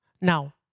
Now